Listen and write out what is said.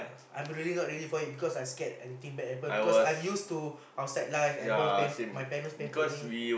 I'm really not ready for it because I scared anything bad happen because I'm used to outside life and at home pam~ my parents pampered me